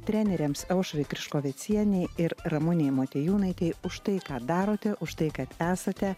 trenerėms aušrai kriškovecienei ir ramunei motiejūnaitei už tai ką darote už tai kad esate